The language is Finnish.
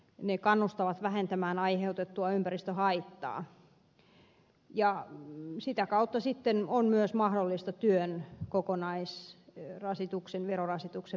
ne kannustavat vähentämään aiheutettua ympäristöhaittaa ja sitä kautta on myös mahdollista vähentää työn kokonaisverorasitusta